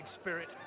spirit